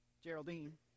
Geraldine